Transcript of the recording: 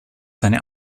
seine